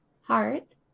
Heart